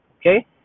Okay